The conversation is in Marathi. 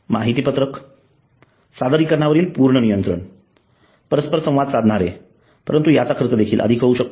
माहितीपत्रक सादरीकरणा वरील पूर्ण नियंत्रण परस्परसंवाद साधणारे परंतु याचा खर्च देखील अधिक होऊ शकतो